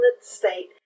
state